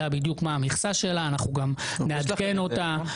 בדיוק מה המכסה שלה ואנחנו נעדכן אותה.